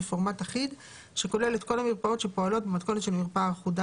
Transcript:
בפורמט אחיד שכולל את כל המרפאות שפועלות במתכונת של מרפאה אחודה,